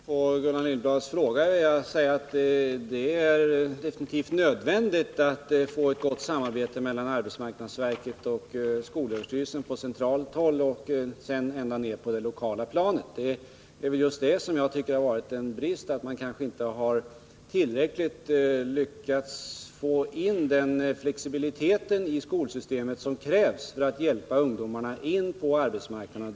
Fru talman! Som svar på Gullan Lindblads fråga vill jag säga att det definitivt är nödvändigt att få ett gott samarbete mellan arbetsmarknadsverket och skolöverstyrelsen på centralt håll liksom mellan motsvarande myndigheter på det lokala planet. Jag har funnit det vara en brist att man inte lyckats åstadkomma den flexibilitet i skolsystemet som krävs för att kunna hjälpa ungdomarna in på arbetsmarknaden.